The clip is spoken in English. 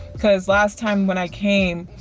cause last time when i came,